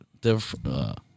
different